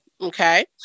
okay